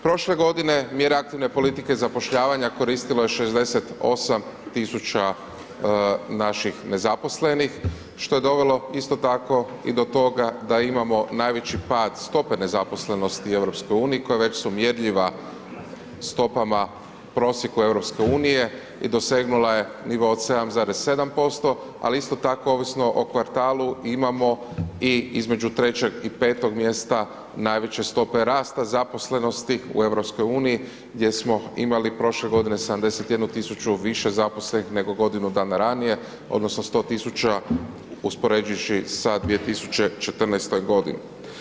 Prošle godine mjere aktivne politike zapošljavanja koristilo je 68.000 tisuća naših nezaposlenih što je dovelo isto tako i do toga da imamo najveći pad stope nezaposlenosti u EU koja već su mjerljiva stopama prosjeku EU i dosegnula je nivo od 7,7%, ali isto tako ovisno o kvartalu imamo i između 3 i 5 mjesta najveće stope rasta zaposlenosti u EU gdje smo imali prošle godine 71.000 više zaposlenih nego godinu dana ranije odnosno 100.000 uspoređujći sa 2014. godinom.